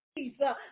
Jesus